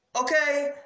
Okay